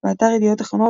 באתר "ידיעות אחרונות",